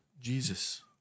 Jesus